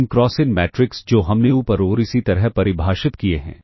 m cross n matrix जो हमने ऊपर और इसी तरह परिभाषित किए हैं